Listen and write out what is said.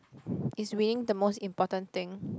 is winning the most important thing